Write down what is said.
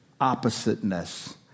oppositeness